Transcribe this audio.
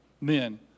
men